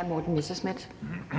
18:40 Morten Messerschmidt (DF):